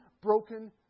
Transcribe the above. broken